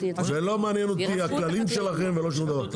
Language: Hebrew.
לא מעניין אותי הכללים שלכם ולא שום דבר.